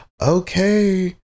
Okay